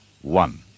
one